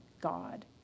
God